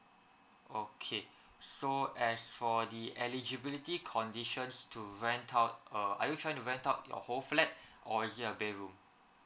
okay so as for the eligibility conditions to rent out uh are you trying to rent out your whole flat or is it your bedroom